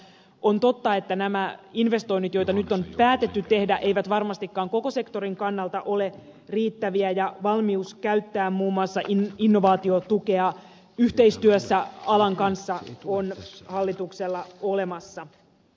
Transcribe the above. on totta että nämä investoinnit joita nyt on päätetty tehdä eivät varmastikaan koko sektorin kannalta ole riittäviä ja valmius käyttää muun muassa innovaatiotukea yhteistyössä alan kanssa on hallituksella olemassa